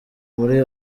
muri